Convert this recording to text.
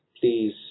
please